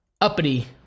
Uppity